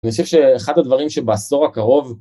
אני חושב שאחד הדברים שבעשור הקרוב